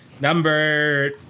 number